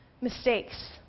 mistakes